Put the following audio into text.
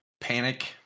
panic